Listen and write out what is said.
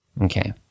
Okay